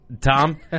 Tom